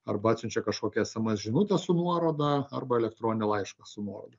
arba atsiunčia kažkokią sms žinutę su nuoroda arba elektroninį laišką su nuoroda